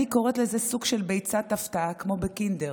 אני קוראת לזה סוג של "ביצת הפתעה", כמו בקינדר,